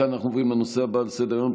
מכאן אנחנו עוברים לנושא הבא על סדר-היום,